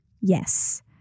yes